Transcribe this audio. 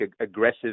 aggressive